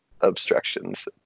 obstructions